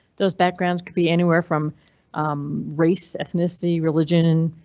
those backgrounds could be anywhere from race, ethnicity, religion, and